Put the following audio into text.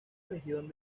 región